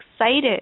excited